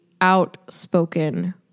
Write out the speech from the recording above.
outspoken